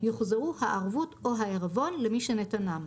יוחזרו הערבות או העירבון למי שנתנם.